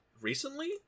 Recently